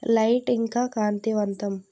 light ఇంకా కాంతివంతం